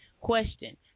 Question